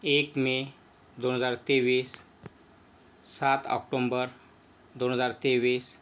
एक मे दोन हजार तेवीस सात ऑक्टोंबर दोन हजार तेवीस